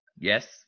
Yes